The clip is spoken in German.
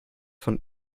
von